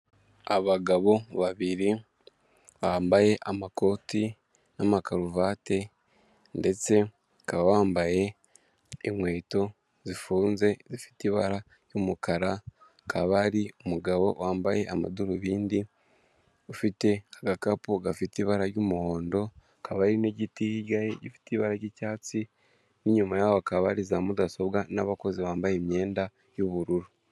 Abagabo babiri bambaye amakoti n'amakaruvati, ndetse bakaba bambaye inkweto zifunze zifite ibara ry'umukara, akaba ari umugabo wambaye amadarubindi ufite agakapu gafite ibara ry'umuhondo, hakaba ari n'igiti gifite ibara ry'icyatsi, n'inyuma yaho hakaba hari za mudasobwa n'abakozi bambaye imyenda y'ubururu.